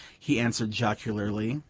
he answered jocularly.